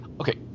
Okay